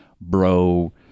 bro